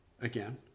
again